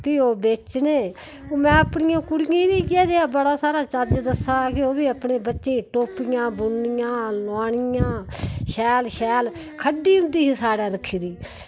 फ्ही ओह् बेचने में अपनी कुड़ियें गी बी इयै जेहा बड़ा सारा चज्ज दस्सा दा कि ओ हबी अपने बच्चे गी टोपियां बुननियां लाुआनियां शैल शैल खड्ढी होंदी ही रक्खी दी